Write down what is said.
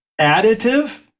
additive